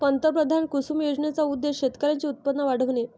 पंतप्रधान कुसुम योजनेचा उद्देश शेतकऱ्यांचे उत्पन्न वाढविणे